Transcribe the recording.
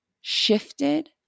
shifted